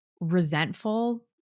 resentful